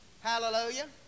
Hallelujah